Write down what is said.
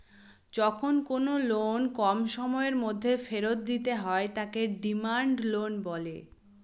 যখন কোনো লোন কম সময়ের মধ্যে ফেরত দিতে হয় তাকে ডিমান্ড লোন বলে